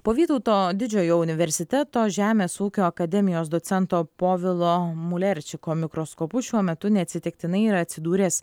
po vytauto didžiojo universiteto žemės ūkio akademijos docento povilo mulerčiko mikroskopu šiuo metu neatsitiktinai yra atsidūręs